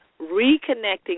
reconnecting